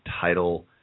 title